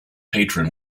patron